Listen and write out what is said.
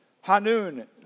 Hanun